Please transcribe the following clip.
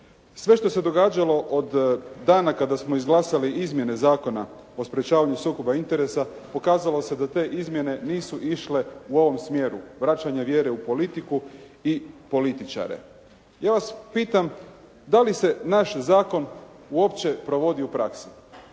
Sve što se događalo od dana kada smo izglasali izmjene Zakona o sprječavanju sukoba interesa, pokazalo se da te izmjene nisu išle u ovom smjeru, vraćanje vjere u politiku i političare. Ja vas pitam da li se naš zakon uopće provodi u praksi?